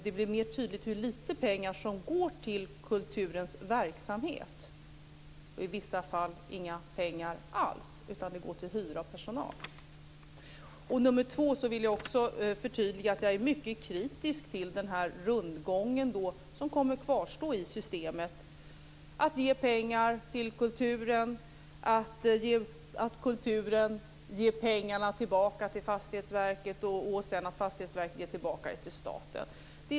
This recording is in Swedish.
Det blir då tydligare hur litet pengar som går till kulturverksamhet. I vissa fall blir det inga pengar alls till den, utan pengarna går till hyra och personal. Jag vill vidare göra det förtydligandet att jag är mycket kritisk till den rundgång som kommer att kvarstå i systemet. Man ger pengar till kulturen, och kulturen ger tillbaka pengarna till Fastighetsverket, som sedan ger dem åter till staten.